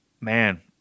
man